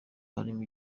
harimo